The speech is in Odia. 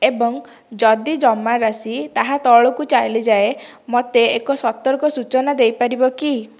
ଏବଂ ଯଦି ଜମାରାଶି ତାହା ତଳକୁ ଚାଲିଯାଏ ମୋତେ ଏକ ସତର୍କ ସୂଚନା ଦେଇପାରିବ କି